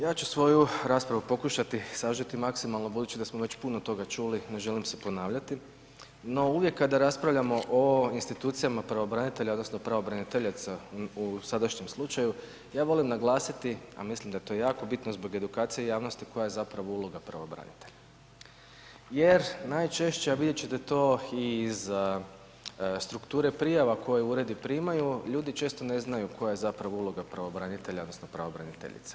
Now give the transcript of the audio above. Ja ću svoju raspravu pokušati sažeti maksimalno budući da smo već puno toga čuli, ne želim se ponavljati, no uvijek kada raspravljamo o institucijama pravobranitelja, odnosno pravobraniteljice u sadašnjem slučaju, ja volim naglasiti, a mislim da je to jako bitno zbog edukacije javnosti, koja je zapravo uloga pravobranitelja jer najčešća, a vidjet ćete to i za strukture prijava koje uredi primaju, ljudi često ne znaju koja je zapravo uloga pravobranitelja, odnosno pravobraniteljica.